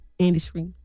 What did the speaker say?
industry